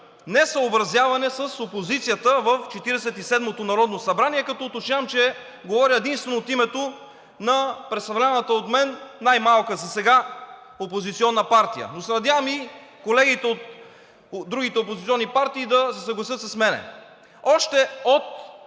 несъобразяване с опозицията в Четиридесет и седмото народно събрание, като уточнявам, че говоря единствено от името на представляваната от мен най-малка засега опозиционна партия, но се надявам и колегите от другите опозиционни партии да се съгласят с мен. Още от